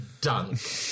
dunk